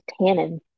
tannins